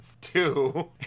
Two